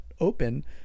open